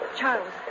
Charles